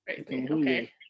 Okay